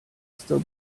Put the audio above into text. still